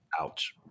Ouch